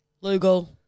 Lugal